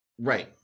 Right